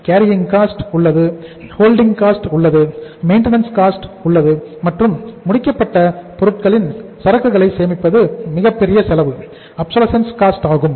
carrying cost ஆகும்